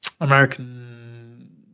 American